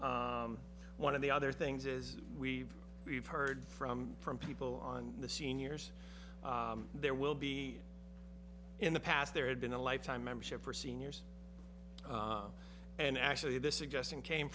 one of the other things is we've we've heard from from people on the seniors there will be in the past there had been a lifetime membership for seniors and actually this is just and came